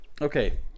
Okay